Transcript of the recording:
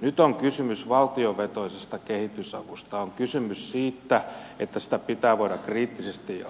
nyt on kysymys valtiovetoisesta kehitysavusta on kysymys siitä että sitä pitää voida kriittisesti